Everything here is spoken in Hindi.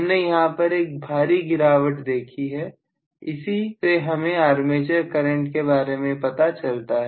हमने यहां पर एक भारी गिरावट देखी है इसी से हमें आर्मेचर करंट के बारे में पता चलता है